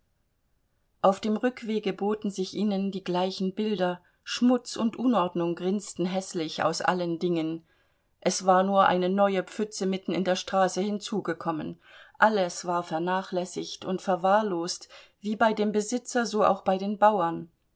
auf dem rückwege boten sich ihnen die gleichen bilder schmutz und unordnung grinsten häßlich aus allen dingen es war nur eine neue pfütze mitten in der straße hinzugekommen alles war vernachlässigt und verwahrlost wie bei dem besitzer so auch bei den bauern